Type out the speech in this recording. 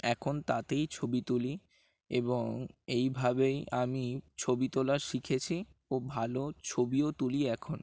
এখন তাতেই ছবি তুলি এবং এইভাবেই আমি ছবি তোলা শিখেছি ও ভালো ছবিও তুলি এখন